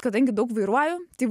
kadangi daug vairuoju tai